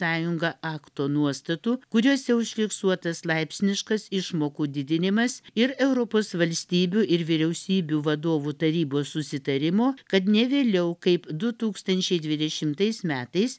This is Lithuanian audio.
sąjungą akto nuostatų kuriose užfiksuotas laipsniškas išmokų didinimas ir europos valstybių ir vyriausybių vadovų tarybos susitarimo kad ne vėliau kaip du tūkstančiai dvidešimtais metais